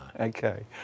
Okay